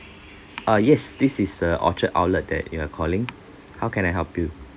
uh yes this is the orchard outlet that you are calling how can I help you